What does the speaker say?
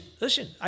Listen